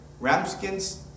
ramskins